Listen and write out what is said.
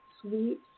sweet